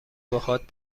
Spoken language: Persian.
باهات